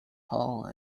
hall